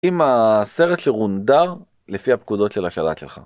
עם הסרט שרונדר לפי הפקודות של השרת שלך.